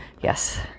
Yes